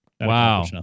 Wow